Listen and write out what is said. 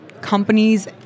companies